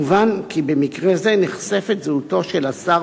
מובן כי במקרה זה נחשפת זהותו של השר